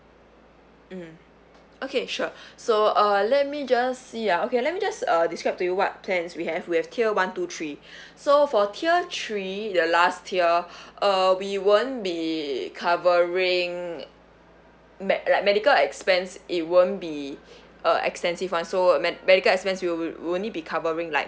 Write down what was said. mm okay sure so uh let me just see ah okay let me just uh describe to you what plans we have we have tier one two three so for tier three the last tier uh we won't be a covering med~ like medical expense it won't be uh expensive one so medical expense we would only be covering like